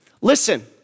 listen